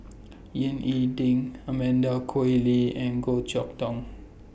Ying E Ding Amanda Koe Lee and Goh Chok Tong